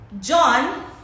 john